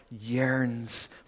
yearns